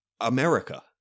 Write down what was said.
America